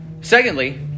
Secondly